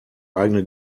eigene